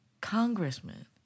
congressman